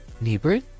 Neighbor